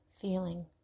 feeling